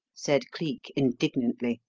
said cleek indignantly.